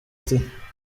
tea